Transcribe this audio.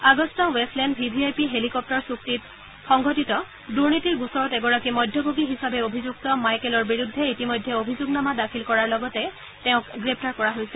Augusta Westland V V I P helicopter চূক্তিত সংঘটিত দুৰ্নীতিৰ গোচৰত এগৰাকী মধ্যভোগী হিচাপে অভিযুক্ত মাইকেলৰ বিৰুদ্ধে ইতিমধ্যে অভিযোগনামা দাখিল কৰাৰ লগতে তেওঁক গ্ৰেপ্তাৰ কৰা হৈছে